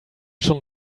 schon